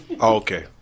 Okay